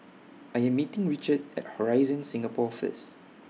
I Am meeting Richard At Horizon Singapore First